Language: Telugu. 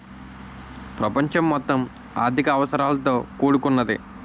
ప్రపంచం మొత్తం ఆర్థిక అవసరాలతో కూడుకున్నదే